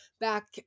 back